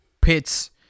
pits